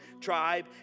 tribe